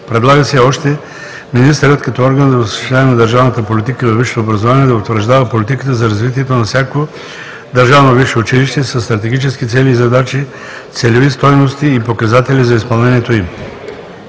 Предлага се още министърът, като орган за осъществяване на държавната политика във висшето образование, да утвърждава политика за развитието на всяко държавно висше училище със стратегически цели и задачи, целеви стойности и показатели за изпълнението им.